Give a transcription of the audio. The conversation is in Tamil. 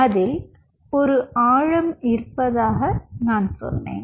அதில் ஒரு ஆழம் இருப்பதாக நான் சொன்னேன்